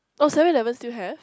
oh seven eleven still have